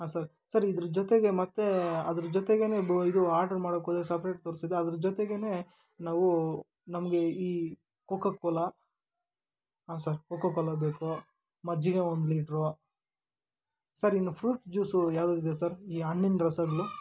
ಹಾಂ sir sir ಇದ್ರ ಜೊತೆಗೆ ಮತ್ತೆ ಅದ್ರ ಜೊತೆಗೇನೆ ಬು ಇದು ಆರ್ಡ್ರ್ ಮಾಡೋಕ್ಕೋದ್ರೆ ಸಪ್ರೇಟ್ ತೋರಿಸ್ತಿದೆ ಅದ್ರ ಜೊತೆಗೇನೆ ನಾವು ನಮಗೆ ಈ ಕೊಕ್ಕೋ ಕೋಲಾ ಹಾಂ ಸರ್ ಕೊಕ್ಕೋ ಕೋಲಾ ಬೇಕು ಮಜ್ಜಿಗೆ ಒಂದು ಲೀಟ್ರು ಸರ್ ಇನ್ನು ಫ್ರೂಟ್ ಜ್ಯೂಸು ಯಾವುದ್ಯಾವ್ದಿದೆ ಸರ್ ಈ ಹಣ್ಣಿನ ರಸಗಳು